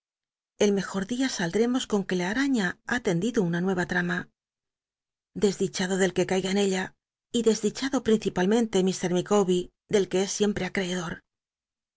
el mejor dia saldremos con que la araña ha tendido una nueva trama desdichado del que caiga en ella y desdichado ptineipalmenle lk liicawj er del que es siempre acreedor